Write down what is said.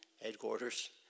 headquarters